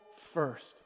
first